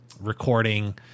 recording